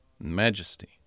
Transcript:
majesty